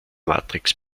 matrix